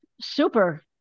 super